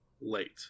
Late